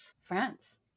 France